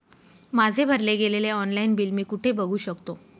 माझे भरले गेलेले ऑनलाईन बिल मी कुठे बघू शकतो?